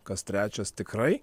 kas trečias tikrai